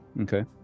Okay